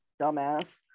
Dumbass